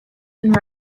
and